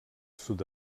sud